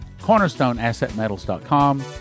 CornerstoneAssetMetals.com